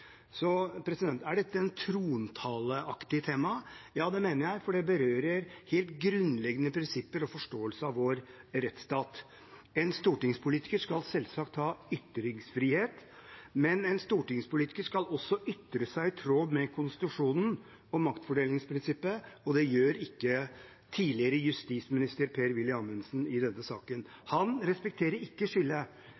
Er dette et trontaleaktig tema? Ja, det mener jeg, for det berører helt grunnleggende prinsipper og forståelsen av vår rettsstat. En stortingspolitiker skal selvsagt ha ytringsfrihet, men en stortingspolitiker skal også ytre seg i tråd med konstitusjonen og maktfordelingsprinsippet, og det gjør ikke tidligere justisminister Per-Willy Amundsen i denne saken.